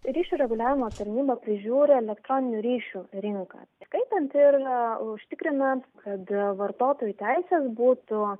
ryšių reguliavimo tarnyba prižiūri elektroninių ryšių rinką įskaitant ir užtikrinant kad vartotojų teisės būtų